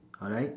alright